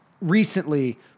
recently